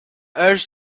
urge